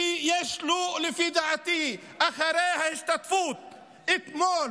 שיש לו, לפי דעתי, אחרי ההשתתפות אתמול